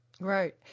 Right